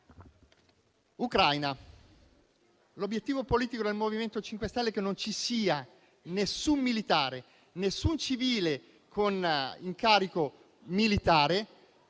l'obiettivo politico del Gruppo MoVimento 5 Stelle è che non ci sia nessun militare e nessun civile con incarico militare